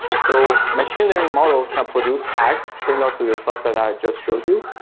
so machine learning models can produce tags similar to the stuff that i just showed you,